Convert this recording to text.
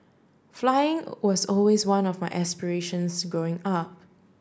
flying was always one of my aspirations growing up